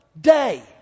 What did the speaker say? day